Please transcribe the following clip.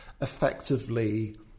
effectively